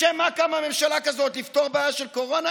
לשם מה קמה ממשלה כזו, לפתור בעיה של קורונה?